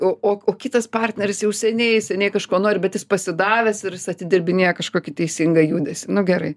o o o kitas partneris jau seniai seniai kažko nori bet jis pasidavęs ir jis atidirbinėja kažkokį teisingą judesį nu gerai